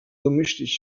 domyślić